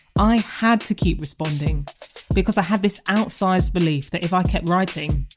i had to keep responding because i had this outsized belief that if i kept writing,